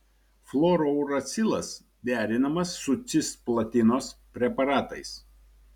fluorouracilas derinamas su cisplatinos preparatais